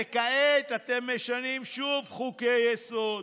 וכעת אתם משנים שוב חוקי-יסוד: